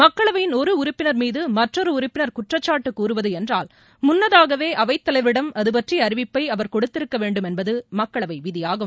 மக்களவையின் ஒரு உறுப்பினர் மீது மற்றொரு உறுப்பினர் குற்றச்சாட்டு கூறுவது என்றால் முன்னதாகவே அவைத் தலைவரிடம் அதுபற்றிய அறிவிப்பை அவர் கொடுத்திருக்க வேண்டும் என்பது மக்களவை விதியாகும்